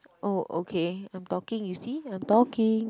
oh okay I am talking you see I am talking